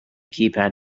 keypad